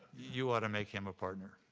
you ought to make him a partner.